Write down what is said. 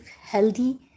healthy